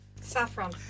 Saffron